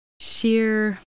sheer